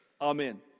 Amen